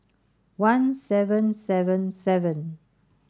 one seven seven seven